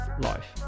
life